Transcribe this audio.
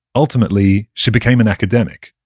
ultimately, she became an academic,